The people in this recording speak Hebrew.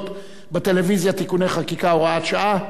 בטלוויזיה) (תיקוני חקיקה) (הוראות שעה)